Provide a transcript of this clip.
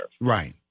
Right